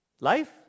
Life